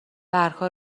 برگها